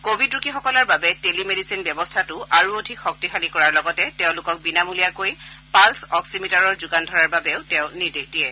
Covid ৰোগীসকলৰ বাবে telemedicine ব্যৱস্থাটো আৰু অধিক শক্তিশালী কৰাৰ লগতে তেওঁলোকক বিনামূলীয়াকৈ পাল্ছ অক্সিমিটাৰৰ যোগান ধৰাৰ বাবেও তেওঁ লগতে নিৰ্দেশ দিয়ে